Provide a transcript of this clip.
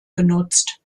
genutzt